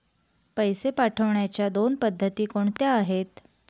पैसे पाठवण्याच्या दोन पद्धती कोणत्या आहेत?